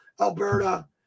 alberta